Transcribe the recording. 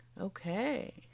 okay